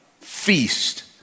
feast